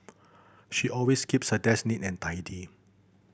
she always keeps her desk neat and tidy